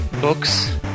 books